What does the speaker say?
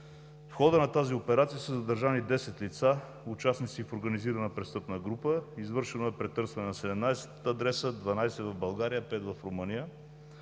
В хода на тази операция са задържани 10 лица, участници в организирана престъпна група. Извършено е претърсване на 17 адреса – 12 в България, 5 в Румъния.